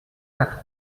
quatre